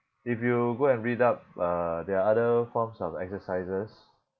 if you go and read up uh there are other form of exercises